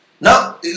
now